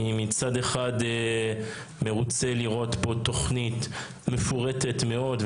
אני מצד אחד מרוצה לראות פה תוכנית מפורטת מאוד,